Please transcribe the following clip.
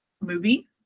movie